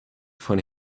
von